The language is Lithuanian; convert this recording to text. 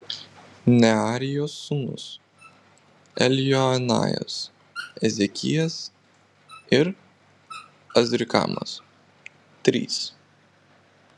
nearijos sūnūs eljoenajas ezekijas ir azrikamas trys